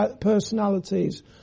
personalities